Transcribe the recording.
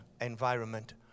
environment